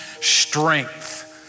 strength